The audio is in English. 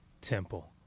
temple